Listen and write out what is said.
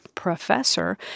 professor